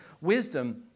Wisdom